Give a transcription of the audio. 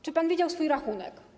Czy pan widział swój rachunek?